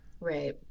Right